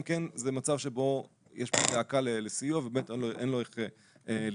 כן זה מצב שבו יש זעקה לסיוע ובאמת אין לו איך להתקיים.